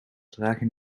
dragen